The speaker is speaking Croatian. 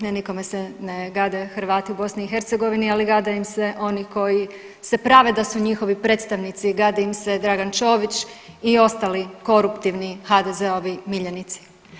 Ne nikome se ne gade Hrvate u BiH, ali gade im se oni koji se prave da su njihovi predstavnici, gadi im se Dragan Čović i ostali koruptivni HDZ-ovi miljenici.